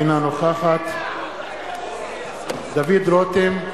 אינה נוכחת דוד רותם,